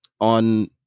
on